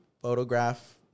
photograph